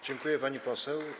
Dziękuję, pani poseł.